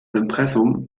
impressum